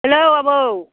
हेल' आबौ